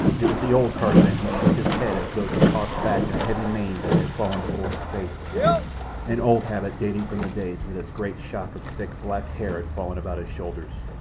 it was the old tarzan who shook his head as though to toss back a heavy mane that had fallen before his face an old habit dating from the days that his great shock of thick, black hair had fallen about his shoulders,